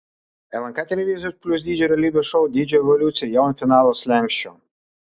lnk televizijos plius dydžio realybės šou dydžio evoliucija jau ant finalo slenksčio